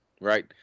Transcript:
right